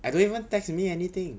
I don't even text may anything